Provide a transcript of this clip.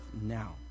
now